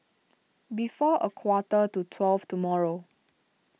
before a quarter to twelve tomorrow